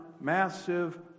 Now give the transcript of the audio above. massive